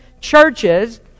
churches